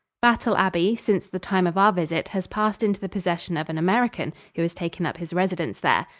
battle abbey, since the time of our visit, has passed into the possession of an american, who has taken up his residence there.